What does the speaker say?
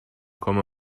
come